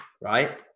right